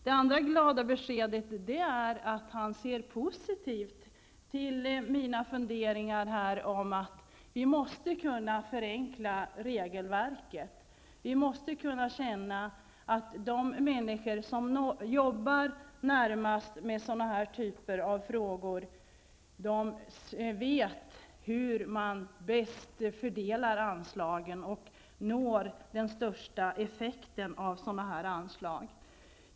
Det andra glada beskedet är att Börje Hörnlund ser positivt på mina funderingar om att vi måste förenkla regelverket, att vi måste inse att de människor som arbetar närmast med den här typen av frågor bäst vet hur anslagen bör fördelas för att ge den största effekten.